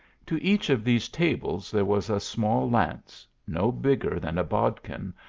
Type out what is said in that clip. to each of these tables there was a small lance, no bigger than a bodkin,